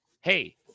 Hey